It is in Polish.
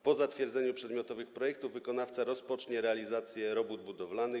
Po zatwierdzeniu przedmiotowych projektów wykonawca rozpocznie realizację robót budowlanych.